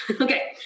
Okay